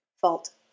fault